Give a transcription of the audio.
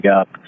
up